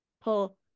pull